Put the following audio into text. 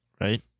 Right